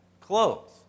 clothes